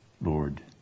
Lord